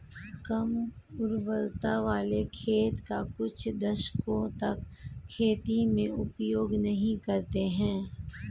कम उर्वरता वाले खेत का कुछ दशकों तक खेती में उपयोग नहीं करते हैं